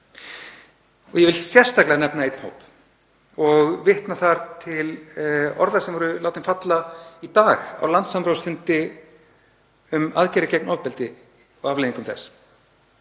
Ég vil sérstaklega nefna einn hóp og vitna þar til orða sem voru látin falla í dag á landssamráðsfundi um aðgerðir gegn ofbeldi og afleiðingum þess.